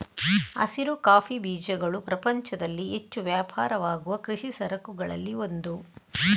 ಹಸಿರು ಕಾಫಿ ಬೀಜಗಳು ಪ್ರಪಂಚದಲ್ಲಿ ಹೆಚ್ಚು ವ್ಯಾಪಾರವಾಗುವ ಕೃಷಿ ಸರಕುಗಳಲ್ಲಿ ಒಂದು